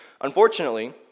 Unfortunately